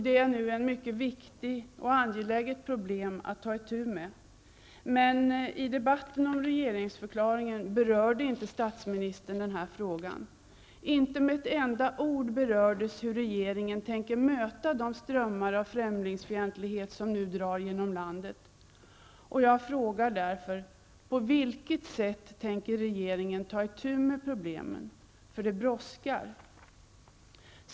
Det är ett mycket viktigt och angeläget problem att ta itu med. Men i debatten om regeringsförklaringen berörde statsministern inte den här frågan. Inte med ett enda ord berördes hur regeringen tänker möta de strömningar av främlingsfientlighet som nu drar genom landet. Jag frågar därför: På vilket sätt tänker regeringen ta itu med problemen? Det brådskar!